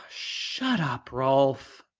shut up, rolf!